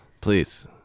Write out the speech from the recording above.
please